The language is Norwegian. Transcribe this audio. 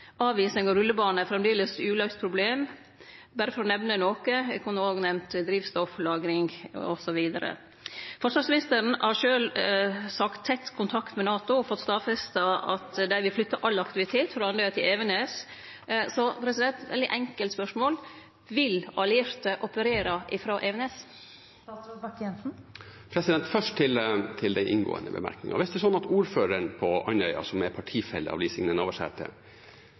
av rullebanen er framleis eit uløyst problem, berre for å nemne noko – eg kunne òg nemnt drivstofflagring osv. Forsvarsministeren har sjølv hatt tett kontakt med NATO og fått stadfesta at dei vil flytte all aktivitet frå Andøya til Evenes. Så eit veldig enkelt spørsmål: Vil allierte operere frå Evenes? Først til de innledende bemerkningene. Hvis ordføreren på Andøya, som er partifelle av Liv Signe Navarsete,